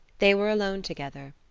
they were alone together.